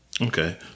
okay